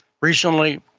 recently